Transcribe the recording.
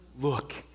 look